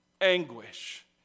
anguish